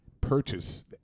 purchase